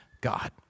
God